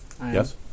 Yes